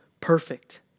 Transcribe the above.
perfect